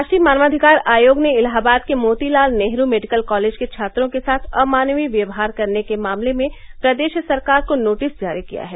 राष्ट्रीय मानवाधिकार आयोग ने इलाहाबाद के मोतीलाल नेहरू मेडिकल कॉलेज के छात्रों के साथ अमानवीय व्यवहार के मामले में प्रदेश सरकार को नोटिस जारी किया है